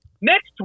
next